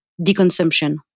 deconsumption